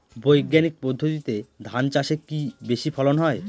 বৈজ্ঞানিক পদ্ধতিতে ধান চাষে কি বেশী ফলন হয়?